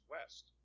West